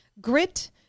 grit